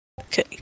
Okay